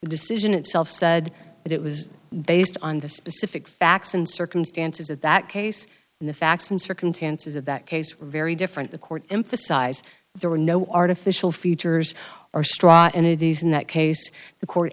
decision itself said that it was based on the specific facts and circumstances of that case and the facts and circumstances of that case were very different the court emphasize there were no artificial features or straw and it is in that case the court